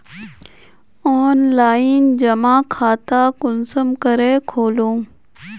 Online जमा खाता कुंसम करे खोलूम?